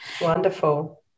Wonderful